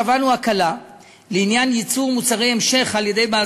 קבענו הקלה לעניין ייצור מוצרי המשך על-ידי בעל